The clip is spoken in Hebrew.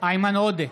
איימן עודה,